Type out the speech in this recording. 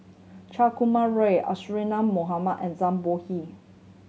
Chan Kum Roy Isadhora Mohamed and Zhang Bohe